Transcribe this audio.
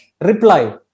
reply